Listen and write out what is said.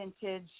vintage